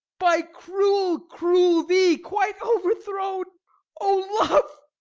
by cruel cruel thee quite overthrown o love!